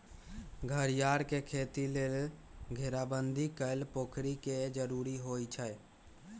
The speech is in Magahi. घरियार के खेती लेल घेराबंदी कएल पोखरि के जरूरी होइ छै